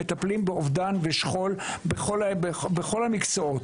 מטפלים באובדן ובשכול בכל המקצועות,